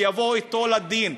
שיביאו אותו לדין,